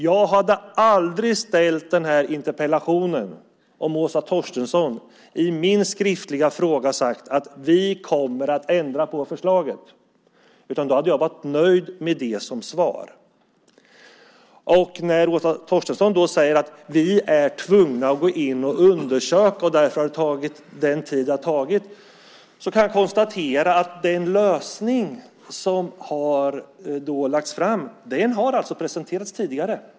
Jag hade aldrig ställt den här interpellationen om Åsa Torstensson i svaret på min skriftliga fråga sagt att regeringen kommer att ändra förslaget. Då hade jag varit nöjd med det svaret. Åsa Torstensson säger att man är tvungen att gå in och undersöka och att det är därför det har tagit tid. Jag kan bara konstatera att den lösning som nu har lagts fram faktiskt har presenterats tidigare.